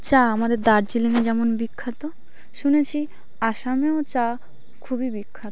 চা আমাদের দার্জিলিংয়ে যেমন বিখ্যাত শুনেছি আসামেও চা খুবই বিখ্যাত